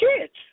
kids